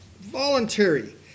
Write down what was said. voluntary